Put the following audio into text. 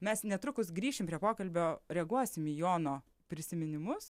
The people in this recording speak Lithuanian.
mes netrukus grįšim prie pokalbio reaguosim į jono prisiminimus